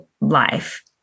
life